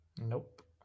Nope